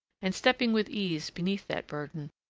and stepping with ease beneath that burden,